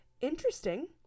Interesting